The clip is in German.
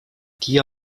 die